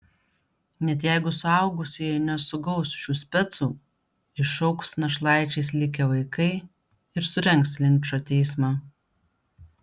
net jeigu suaugusieji nesugaus šių specų išaugs našlaičiais likę vaikai ir surengs linčo teismą